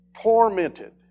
tormented